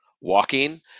walking